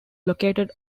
located